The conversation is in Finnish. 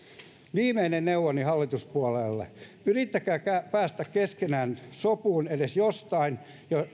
viimeinen neuvoni hallituspuolelle yrittäkää päästä keskenänne sopuun edes jostain